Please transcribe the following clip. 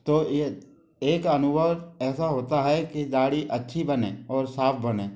तो ये एक अनुभव ऐसा होता है कि दाढ़ी अच्छी बने और साफ बने